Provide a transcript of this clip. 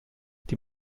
die